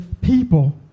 people